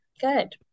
Good